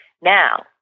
Now